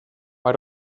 why